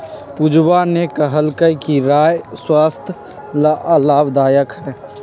पूजवा ने कहल कई कि राई स्वस्थ्य ला लाभदायक हई